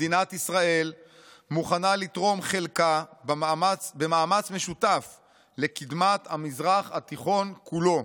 מדינת ישראל מוכנה לתרום חלקה במאמץ משותף לקדמת המזרח התיכון כולו.